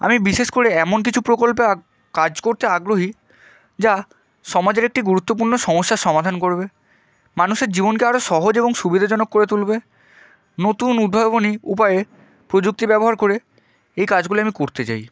আমি বিশেষ করে এমন কিছু প্রকল্পে কাজ করতে আগ্রহী যা সমাজের একটি গুরুত্বপূর্ণ সমস্যার সমাধান করবে মানুষের জীবনকে আরও সহজ এবং সুবিধাজনক করে তুলবে নতুন উদ্ভাবনী উপায়ে প্রযুক্তি ব্যবহার করে এই কাজগুলি আমি করতে চাই